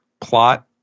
plot